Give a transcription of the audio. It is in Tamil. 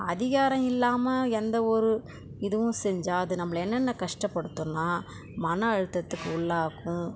அதிகாரம் இல்லாமல் எந்த ஒரு இதுவும் செஞ்சால் அது நம்மளை என்னென்ன கஷ்டப்படுத்துன்னால் மன அழுத்தத்துக்கு உள்ளாக்கும்